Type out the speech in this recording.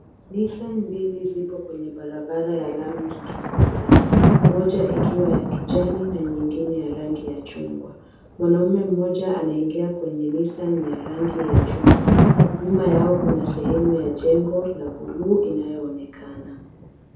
Nisan mbili zipo kwenye barabara ya lami zikifuatana, moja ikiwa ya kijani na nyingine ya rangi ya chungwa. Mwanaume mmoja anaingia kwenye Nissan ya rangi ya chungwa. Nyuma yao kuna sehemu ya jengo la buluu inayoonekana.